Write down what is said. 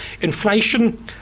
Inflation